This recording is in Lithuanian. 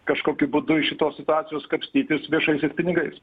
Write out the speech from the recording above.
kažkokiu būdu iš šitos situacijos kapstytis viešaisiais pinigais